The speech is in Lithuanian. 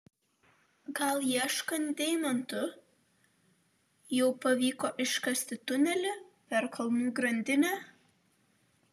gal ieškant deimantų jau pavyko iškasti tunelį per kalnų grandinę